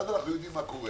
ואז אנחנו יודעים מה קורה